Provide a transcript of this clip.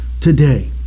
today